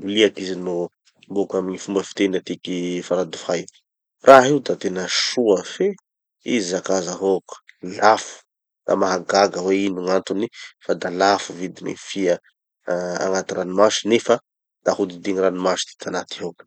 boliaky izy no boka amy gny fomba fiteny atiky faradofay. Raha io da tena soa fe, izy zakà zahoky, lafo da mahagaga hoe ino gn'antony fa da lafo vidin'ny gny fia agnaty ranomasy nefa da hodidigny ranomasy ty tanà tihoky.